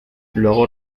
luego